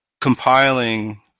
compiling